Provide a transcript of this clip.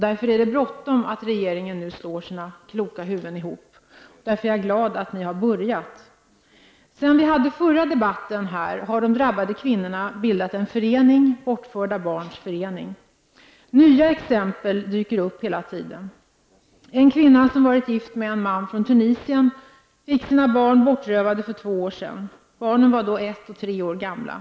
Därför är det bråttom att ni i regeringen slår era kloka huvuden ihop. Jag är således glad över att detta arbete har påbörjats. Sedan vi förra gången debatterade frågan har de drabbade kvinnorna bildat en förening, Bortförda barns förening. Men nya exempel dyker hela tiden upp. En kvinna som har varit gift med en man från Tunisien fick för två år sedan uppleva att hennes barn bortrövades. Barnen var då ett resp. tre år gamla.